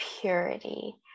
purity